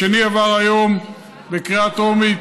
השני, עבר היום בקריאה טרומית,